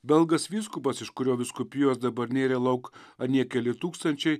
belgas vyskupas iš kurio vyskupijos dabar nėrė lauk anie keli tūkstančiai